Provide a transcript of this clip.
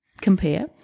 compare